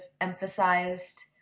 emphasized